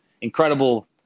Incredible